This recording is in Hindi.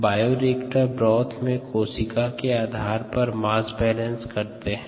बायोरिएक्टर ब्रोथ में कोशिका के आधार पर मास बैलेंस करते हैं